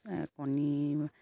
কণী